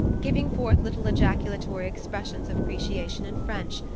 giving forth little ejaculatory expressions of appreciation in french,